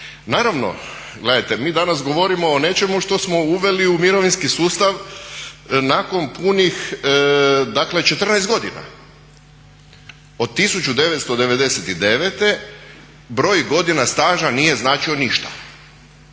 Naravno, gledajte, mi danas govorimo o nečemu što smo uveli u mirovinski sustav nakon punih dakle 14 godina, od 1999. broj godina staža nije značio ništa.